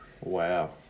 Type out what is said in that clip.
Wow